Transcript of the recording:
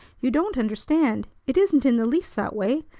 you don't understand. it isn't in the least that way.